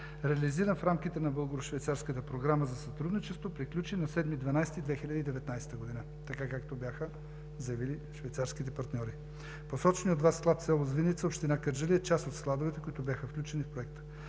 реализиран в рамките на Българо-швейцарската програма за сътрудничество, приключи на 7 декември 2019 г., така както бяха заявили швейцарските партньори. Посоченият от Вас в село Звиница, община Кърджали, е част от складовете, които бяха включени в Проекта.